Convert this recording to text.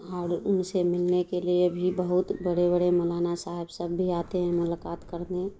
اور ان سے ملنے کے لیے بھی بہت بڑے بڑے مولانا صاحب سب بھی آتے ہیں ملاقات کرنے